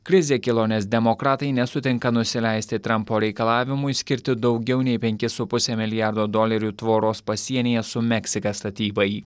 krizė kilo nes demokratai nesutinka nusileisti trampo reikalavimui skirti daugiau nei penkis su puse milijardo dolerių tvoros pasienyje su meksika statybai